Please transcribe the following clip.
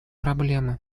проблемы